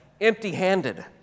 empty-handed